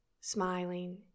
smiling